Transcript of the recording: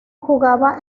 jugaba